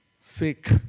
Sick